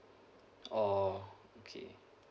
oh okay